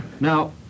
Now